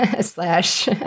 slash